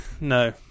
no